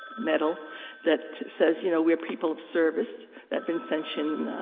metal that says you know we're people of service that vincentian